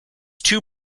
two